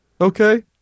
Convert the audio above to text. Okay